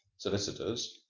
solicitors,